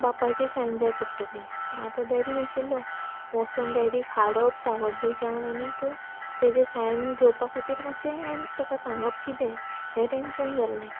बापायची सायन जाय पडटसी मागीर आतां डॅडी नाशिल्लो वसोन डॅडीक हाडप सांवड्डेच्यान आनीक तेचे सायन घेवपा खातीर मातशे हें तेका सांगप कितें हें टॅन्शन जाल्लें